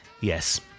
Yes